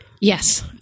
Yes